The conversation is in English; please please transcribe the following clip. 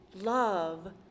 Love